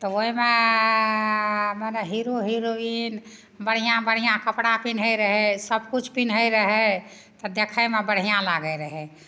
तऽ ओहिमेऽऽऽऽऽ मने हीरो हिरोइन बढ़िआँ बढ़िआँ कपड़ा पिन्है रहै सबकिछु पिन्है रहै तऽ देखैमे बढ़िआँ लागै रहै